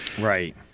right